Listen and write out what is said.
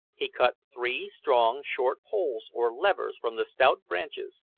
he cut three strong, short poles or levers from the stout branches,